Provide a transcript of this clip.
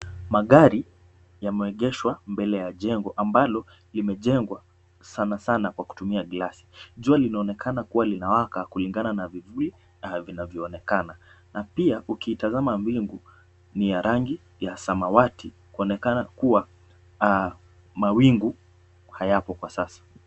Magari yameegeshwa mbele ya jengo ambalo limejengwa sanasana kwa kutumia glasi. Jua linaonekana kuwa linawaka kulingana na vivuli vinavyoonekana, na pia ukitazama mbingu, ni ya rangi ya samawati kuonekana kuwa mawingu hayapo kwa sasa.